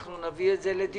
אנחנו נביא את זה לדיון